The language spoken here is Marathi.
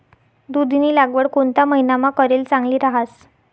दुधीनी लागवड कोणता महिनामा करेल चांगली रहास